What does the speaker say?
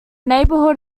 neighborhood